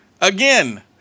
Again